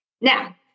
Now